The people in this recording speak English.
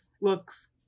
looks